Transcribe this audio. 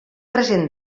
present